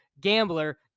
gambler